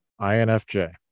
INFJ